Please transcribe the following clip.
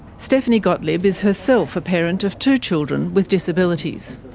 stephanie gotlib is herself a parent of two children with disabilities.